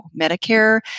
Medicare